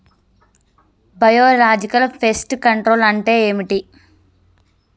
Biological pest control అంటే ఏమిటి?